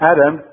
Adam